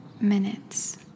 minutes